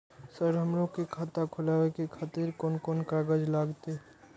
Sir हमरो के खाता खोलावे के खातिर कोन कोन कागज लागते?